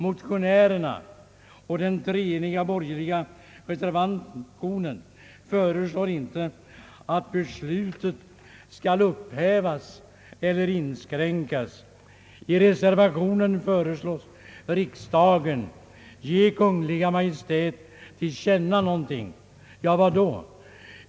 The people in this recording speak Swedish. Motionerna och den treeniga borgerliga reservationen föreslår inte att beslutet skall upphävas eller inskränkas. I reservationen föreslås riksdagen ge Kungl. Maj:t till känna någonting. Vad då?